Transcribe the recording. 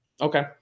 Okay